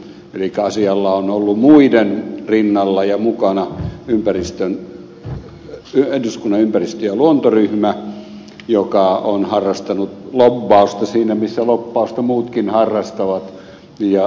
elikkä asialla on ollut muiden rinnalla ja mukana eduskunnan ympäristö ja luontoryhmä joka on harrastanut lobbausta siinä missä lobbausta muutkin harrastavat